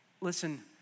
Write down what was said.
Listen